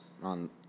on